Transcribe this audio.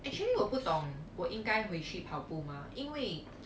actually 我不懂我应该回去跑步吗因为